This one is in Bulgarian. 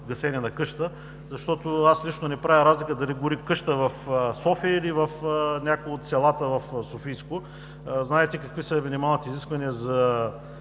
гасене на къща. Аз лично не правя разлика дали гори къща в София, или в някое от селата в Софийско. Знаете какви са минималните изисквания, за